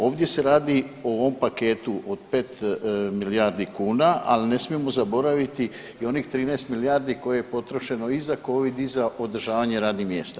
Ovdje se radi o ovom paketu od pet milijardi kuna, ali ne smijemo zaboraviti i onih 13 milijardi kojih je potrošeno i za covid i za održavanje radnih mjesta.